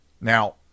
now